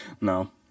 No